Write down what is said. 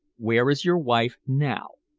where is your wife now?